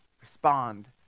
Respond